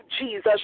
Jesus